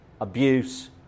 Abuse